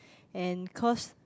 and cause